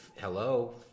hello